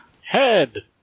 head